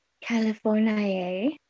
California